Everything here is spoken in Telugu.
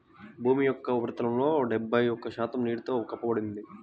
భూమి యొక్క ఉపరితలంలో డెబ్బై ఒక్క శాతం నీటితో కప్పబడి ఉంది